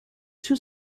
two